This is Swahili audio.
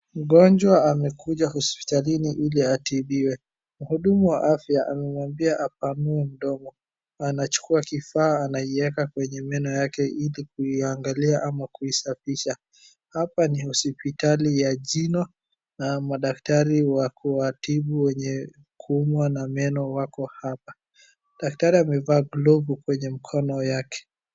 Mgonjwa amekuja hosiptalini ili atibiwe, mhudumu wa afya amemwambia apanue mdomo. Anachukua kifaa anaiweka kwenye meno yake ili kuiangalia ama kuisafisha. Hapa ni hospitali ya jino, na madaktari wa kuwatibu wenye kuumwa na meno wako hapa, daktari amevaa glovu kwenye mkono wake.